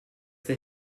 they